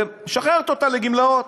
ומשחררת אותה לגמלאות.